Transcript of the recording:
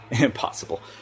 impossible